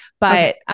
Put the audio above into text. But-